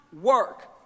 work